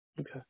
Okay